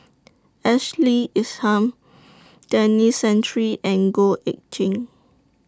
Ashley Isham Denis Santry and Goh Eck Kheng